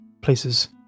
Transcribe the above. places